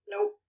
Nope